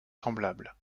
semblables